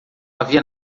havia